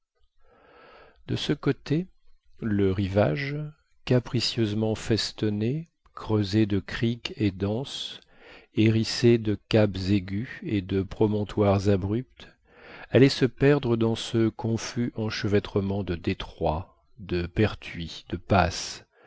de ce côté le rivage capricieusement festonné creusé de criques et d'anses hérissé de caps aigus et de promontoires abrupts allait se perdre dans ce confus enchevêtrement de détroits de pertuis de passes